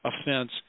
offense